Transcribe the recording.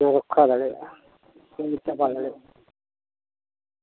ᱠᱚ ᱨᱚᱠᱠᱷᱟ ᱫᱟᱲᱮᱭᱟᱜᱼᱟ